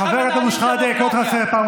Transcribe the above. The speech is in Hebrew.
כך מנהלים דמוקרטיה.